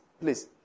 Please